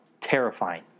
terrifying